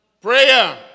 Prayer